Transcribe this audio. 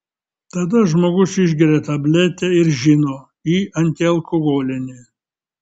tada žmogus išgeria tabletę ir žino ji antialkoholinė